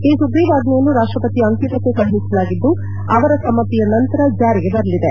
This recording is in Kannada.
ಈ ಸುಗ್ರೀವಾಜ್ವೆಯನ್ನು ರಾಷ್ಷಪತಿ ಅಂಕಿತಕ್ಕೆ ಕಳುಹಿಸಲಾಗಿದ್ದು ಅವರ ಸಮ್ಮತಿಯ ನಂತರ ಜಾರಿಗೆ ಬರಲಿದೆ